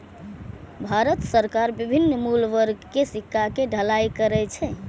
भारत सरकार विभिन्न मूल्य वर्ग के सिक्का के ढलाइ करै छै